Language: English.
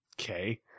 Okay